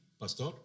Pastor